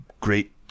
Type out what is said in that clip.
great